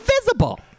invisible